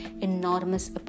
enormous